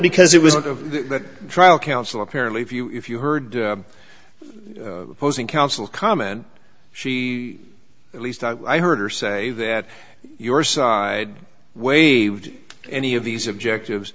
because it was a trial counsel apparently if you if you heard the posing counsel comment she at least i heard her say that your side waived any of these objectives